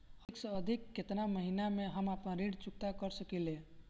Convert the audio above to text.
अधिक से अधिक केतना महीना में हम आपन ऋण चुकता कर सकी ले?